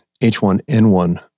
H1N1